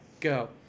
Go